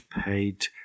paid